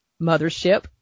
Mothership